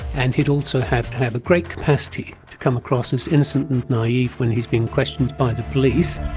and he'd also have to have a great capacity to come across as innocent and naive when he's being questioned by the police.